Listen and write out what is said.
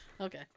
Okay